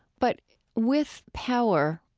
but with power,